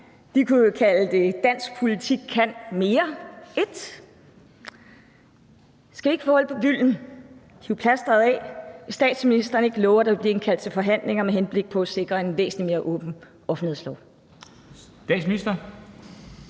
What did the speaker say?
Vi kunne jo kalde det: Dansk politik kan mere I. Skal vi ikke få hul på bylden, rive plasteret af? Vil statsministeren ikke love, at der bliver indkaldt til forhandlinger med henblik på at sikre en væsentlig mere åben offentlighedslov? Kl.